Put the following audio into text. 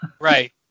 Right